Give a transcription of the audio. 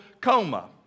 coma